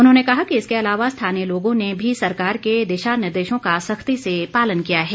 उन्होंने कहा कि इसके अलावा स्थानीय लोगों ने भी सरकार के दिशा निर्देशों का सख्ती से पालन किया है